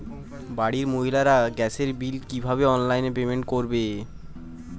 বাড়ির মহিলারা গ্যাসের বিল কি ভাবে অনলাইন পেমেন্ট করবে?